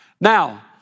Now